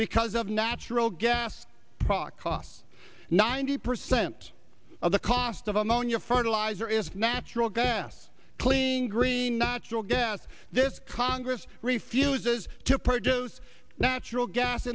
because of natural gas poc costs ninety percent of the cost of ammonia fertilizer is natural gas cleaning green natural gas this congress refuses to produce natural gas